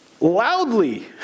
loudly